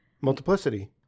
Multiplicity